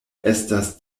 estas